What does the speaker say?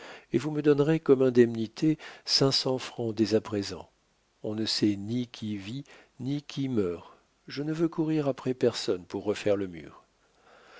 et vous me donnerez comme indemnité cinq cents francs dès à présent on ne sait ni qui vit ni qui meurt je ne veux courir après personne pour refaire le mur